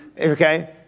Okay